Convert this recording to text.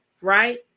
right